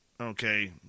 Okay